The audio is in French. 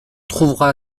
trouvera